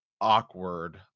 awkward